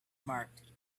marked